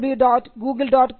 google